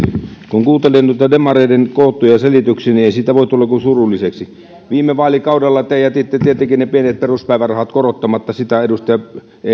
kun kuunteli noita demareiden koottuja selityksiä niin ei siitä voi tulla kuin surulliseksi viime vaalikaudella te jätitte tietenkin ne pienet peruspäivärahat korottamatta sitä eivät